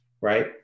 right